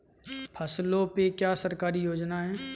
फसलों पे क्या सरकारी योजना है?